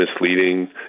misleading